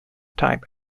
type